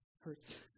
hurts